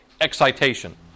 excitation